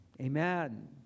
Amen